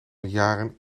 jaren